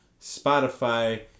Spotify